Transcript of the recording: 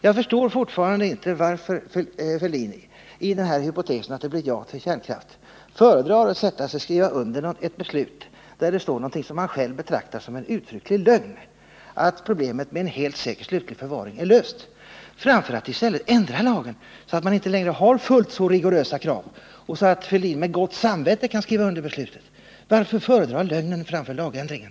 Jag förstår fortfarande inte varför herr Fälldin i fråga om hypotesen att det blir ja till kärnkraften föredrar att sätta sig ner och skriva under ett beslut, som innehåller någonting som han själv betraktar som en uttrycklig lögn, nämligen att problemet med en helt säker slutlig förvaring är löst, framför att i stället ändra lagen, så att man inte längre har fullt så rigorösa krav och så att herr Fälldin med gott samvete kan skriva under beslutet. Varför föredra lögnen framför lagändringen?